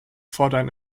fordern